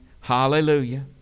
Hallelujah